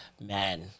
man